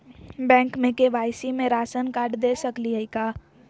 Bank में KYC में ration card दे सकली हई का?